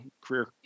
career